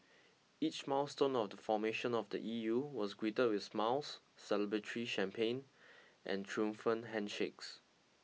each milestone of the formation of the E U was greeted with smiles celebratory champagne and triumphant handshakes